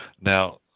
Now